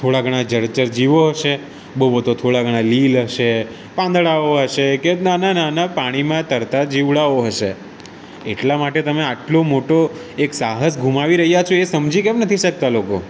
થોડા ઘણાં જળચર જીવો હશે બહુ બહુ તો થોડા ઘણાં લીલ હશે પાંદડાઓ હશે કે નાના નાના પાણીમાં તરતાં જીવડાઓ હશે એટલા માટે તમે આટલો મોટો એક સાહસ ગુમાવી રહ્યા છો એ સમજી કેમ નથી શકતા લોકો